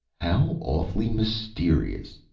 how awfully mysterious!